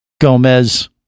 Gomez